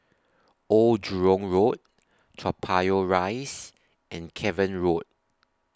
Old Jurong Road Toa Payoh Rise and Cavan Road